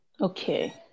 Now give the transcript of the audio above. Okay